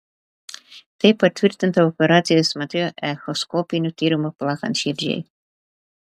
tai patvirtinta operacijos metu echoskopiniu tyrimu plakant širdžiai